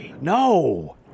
No